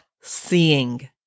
seeing